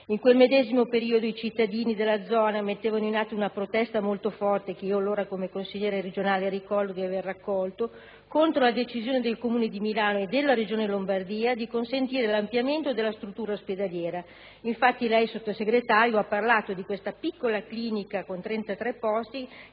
In quel medesimo periodo i cittadini della zona mettevano in atto una protesta molto forte, che io allora come consigliere regionale ricordo di aver raccolto, contro la decisione del Comune di Milano e della regione Lombardia di consentire l'ampliamento della struttura ospedaliera. Infatti lei, Sottosegretario, ha parlato di questa piccola clinica con 33 posti